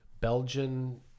Belgian